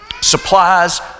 supplies